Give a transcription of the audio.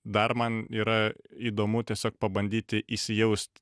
dar man yra įdomu tiesiog pabandyti įsijaust